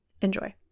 Enjoy